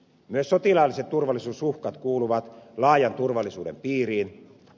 myös sotilaalliset turvallisuusuhkat kuuluvat laajan turvallisuuden piiriin